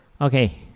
Okay